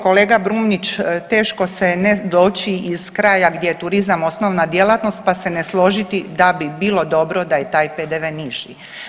Kolega Brumnić teško se ne doći iz kraja gdje je turizam osnovna djelatnost pa se ne složiti da bi bilo dobro da je taj PDV-e niži.